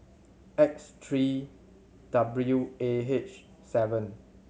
X three W A H seven